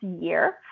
year